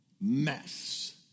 mess